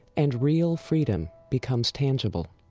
and real freedom becomes tangible.